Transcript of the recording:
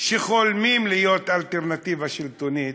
שחולמים להיות אלטרנטיבה שלטונית,